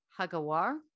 Hagawar